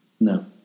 No